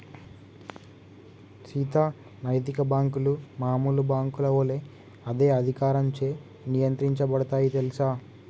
సీత నైతిక బాంకులు మామూలు బాంకుల ఒలే అదే అధికారంచే నియంత్రించబడుతాయి తెల్సా